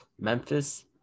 Memphis